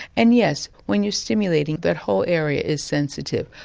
and yes, when you're stimulating that whole area is sensitive,